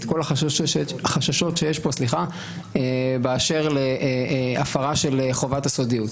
כל החששות שיש פה באשר להפרה של חובת הסודיות.